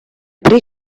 pre